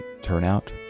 turnout